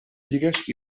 lligues